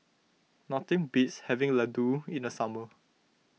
nothing beats having Ladoo in the summer